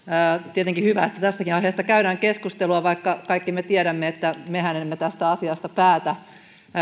tietenkin hyvä että tästäkin aiheesta käydään keskustelua vaikka kaikki me tiedämme että mehän emme tästä asiasta päätä